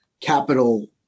capital